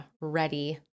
ready